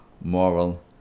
moral